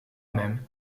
même